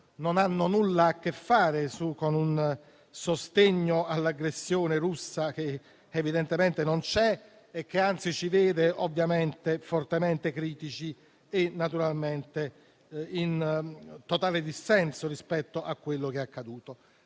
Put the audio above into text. non hanno nulla a che fare con un sostegno all'aggressione russa, che evidentemente non c'è e che anzi ci vede fortemente critici e in totale dissenso rispetto a quello che è accaduto.